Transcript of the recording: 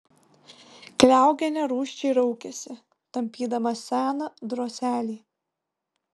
kliaugienė rūsčiai raukėsi tampydama seną droselį